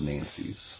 Nancys